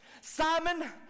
Simon